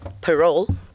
parole